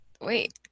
Wait